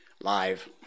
live